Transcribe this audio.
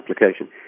application